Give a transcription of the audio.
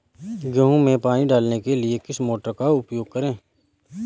गेहूँ में पानी डालने के लिए किस मोटर का उपयोग करें?